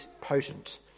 potent